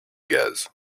gaz